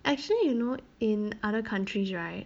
actually you know in other countries right